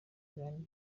gitaramo